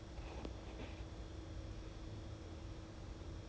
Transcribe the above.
ya so actually I mean they are like encouraging you to